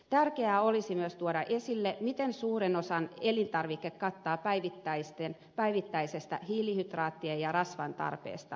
tärkeää olisi myös tuoda esille miten suuren osan elintarvike kattaa päivittäisestä hiilihydraattien ja rasvan tarpeestamme